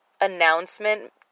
announcement